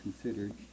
considered